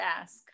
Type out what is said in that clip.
Ask